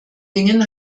dingen